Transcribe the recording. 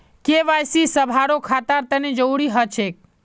KYC सभारो खातार तने जरुरी ह छेक